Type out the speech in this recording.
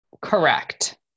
Correct